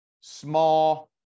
Small